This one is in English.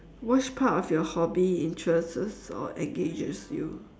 which part of your hobby interests or engages you